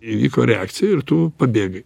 įvyko reakcija ir tu pabėgai